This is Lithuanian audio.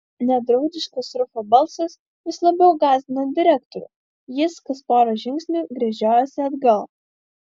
nedraugiškas rufo balsas vis labiau gąsdino direktorių jis kas pora žingsnių gręžiojosi atgal